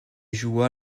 joua